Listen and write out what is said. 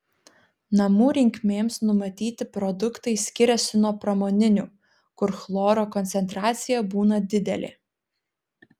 namų reikmėms numatyti produktai skiriasi nuo pramoninių kur chloro koncentracija būna didelė